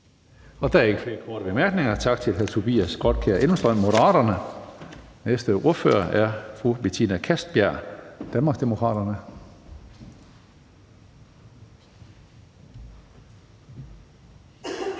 Der er ingen ønsker om korte bemærkninger. Tak til hr. Tobias Grotkjær Elmstrøm, Moderaterne. Næste ordfører er fru Betina Kastbjerg, Danmarksdemokraterne.